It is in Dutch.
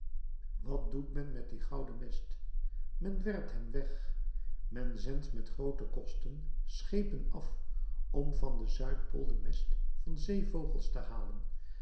wat doet men met dien gouden mest men werpt hem weg men zendt met groote kosten schepen af om van de zuidpool den mest van zeevogels te halen